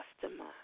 customer